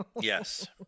Yes